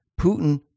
Putin